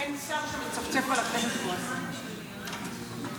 אין שר שמצפצף על הכנסת כמו השר הזה.